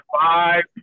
five